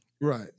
Right